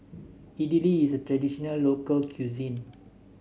idili is a traditional local cuisine